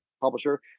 publisher